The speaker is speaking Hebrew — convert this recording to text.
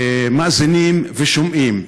מאזינים ושומעים,